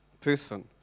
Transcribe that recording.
person